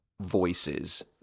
voices